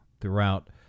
throughout